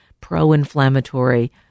pro-inflammatory